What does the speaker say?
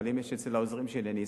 אבל אם יש אצל העוזרים שלי אני אשמח.